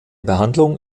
behandlung